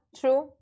true